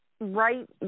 right